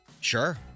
Sure